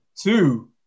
two